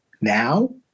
now